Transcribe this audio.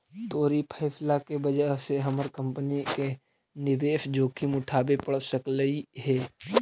तोर ई फैसला के वजह से हमर कंपनी के निवेश जोखिम उठाबे पड़ सकलई हे